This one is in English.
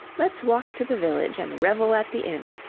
let's walk to the village and revel at the inn.